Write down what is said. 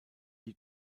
die